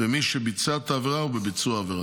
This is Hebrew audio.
במי שביצע את העבירה או בביצוע העבירה.